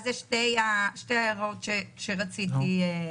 אלה שתי ההערות שרציתי להגיד.